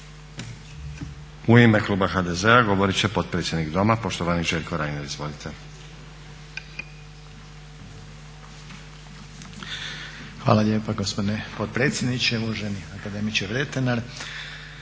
U ime kluba HDZ-a govorit će potpredsjednik doma poštovani Željko Reiner. Izvolite. **Reiner, Željko (HDZ)** Hvala lijepa gospodine potpredsjedniče. Uvaženi akademiče Vretenar,